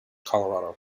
colorado